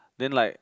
then like